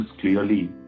clearly